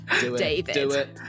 David